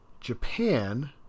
Japan